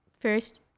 first